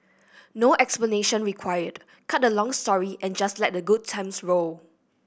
no explanation required cut the long story and just let the good times roll